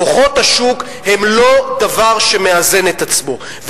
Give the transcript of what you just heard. כוחות השוק הם לא דבר שמאזן את עצמו,